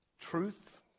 truth